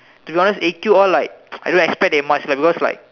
to be honest A_Q all like I don't expect they must lah because like